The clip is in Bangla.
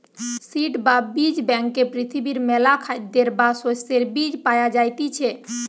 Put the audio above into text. সিড বা বীজ ব্যাংকে পৃথিবীর মেলা খাদ্যের বা শস্যের বীজ পায়া যাইতিছে